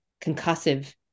concussive